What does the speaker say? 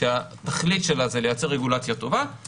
שהתכלית שלה היא לייצר רגולציה טובה;